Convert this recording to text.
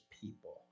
people